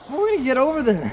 um gonna get over there?